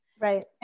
right